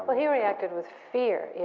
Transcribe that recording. but he reacted with fear,